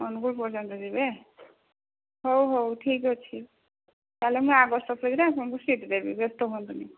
ଅନୁଗୁଳ ପର୍ଯ୍ୟନ୍ତ ଯିବେ ହଉ ହଉ ଠିକ୍ ଅଛି ତାହାଲେ ମୁଁ ଆଗ ଷ୍ଟପେଜ୍ରେ ଆପଣଙ୍କୁ ସିଟ୍ ଦେବି ବ୍ୟସ୍ତ ହୁଅନ୍ତୁନି